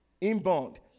Inbound